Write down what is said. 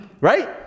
right